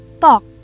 talk